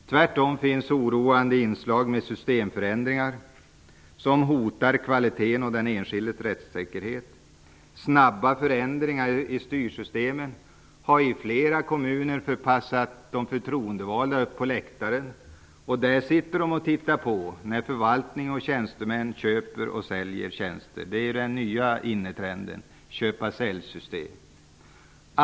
Tvärtom finns oroande inslag med systemförändringar som hotar kvaliteten och den enskildes rättssäkerhet. Snabba förändringar i styrsystemen har i flera kommuner förpassat de förtroendevalda upp på läktaren. Där sitter de och tittar på när förvaltning och tjänstemän köper och säljer tjänster. Den nya innetrenden är ju köpa-sälj-systemen.